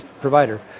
provider